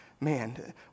Man